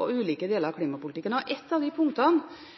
og ulike deler av den, og et av de punktene